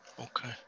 Okay